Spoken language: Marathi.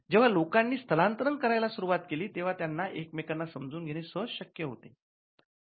जेव्हा लोकांनी स्थलांतरण करायला सुरुवात केली तेव्हा त्यांना एकमेकांना समजून घेणे सहज शक्य झाले